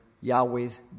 Yahweh's